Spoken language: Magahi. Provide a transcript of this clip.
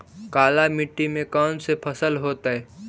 काला मिट्टी में कौन से फसल होतै?